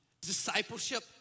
discipleship